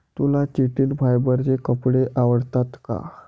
तुला चिटिन फायबरचे कपडे आवडतात का?